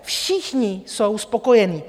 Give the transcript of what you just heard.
Všichni jsou spokojení.